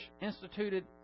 instituted